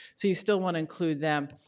so you still want to include them.